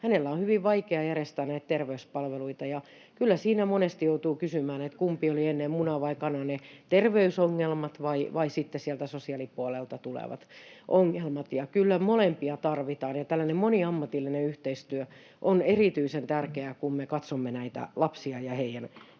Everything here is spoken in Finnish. hänellä on hyvin vaikea järjestää näitä terveyspalveluita. Kyllä siinä monesti joutuu kysymään, kumpi oli ennen, muna vai kana, ne terveysongelmat vai sitten sieltä sosiaalipuolelta tulevat ongelmat. Kyllä molempia tarvitaan, ja tällainen moniammatillinen yhteistyö on erityisen tärkeää, kun me katsomme näitä lapsia ja heidän tulevaisuuttaan.